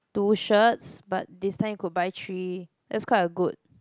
two shirts but this time could buy three that's quite a good